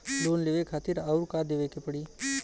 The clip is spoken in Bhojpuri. लोन लेवे खातिर अउर का देवे के पड़ी?